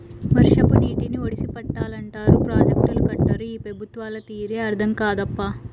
వర్షపు నీటిని ఒడిసి పట్టాలంటారు ప్రాజెక్టులు కట్టరు ఈ పెబుత్వాల తీరే అర్థం కాదప్పా